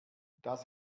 das